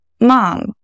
mom